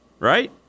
Right